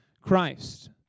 Christ